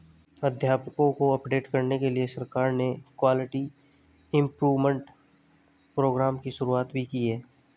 अध्यापकों को अपडेट करने के लिए सरकार ने क्वालिटी इम्प्रूव्मन्ट प्रोग्राम की शुरुआत भी की है